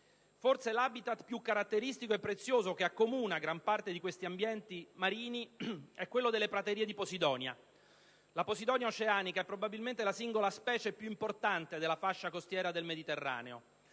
Forse l'habitat più caratteristico e prezioso che accomuna gran parte di questi ambienti è quello delle praterie di posidonia. La posidonia oceanica è probabilmente la singola specie più importante della fascia costiera del Mediterraneo: